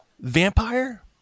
Vampire